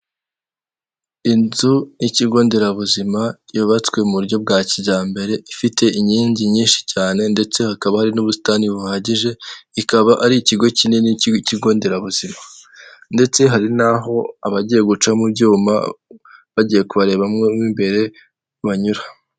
Inzu y'ikigonderabuzima yubatswe mu buryo bwa kijyambere ifite inkingi nyinshi cyane ndetse hakaba hari n'ubusitani buhagije, ikaba ari ikigo kinini k'ikigonderabuzima ndetse hari naho abagiye guca mu byuma bagiye kubarebamo imbere banyura.